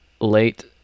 late